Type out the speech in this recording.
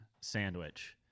sandwich